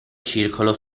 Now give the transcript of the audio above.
circolo